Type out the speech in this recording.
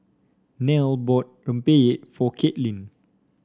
Nelle bought rempeyek for Kaitlin